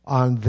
on